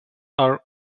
are